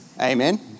Amen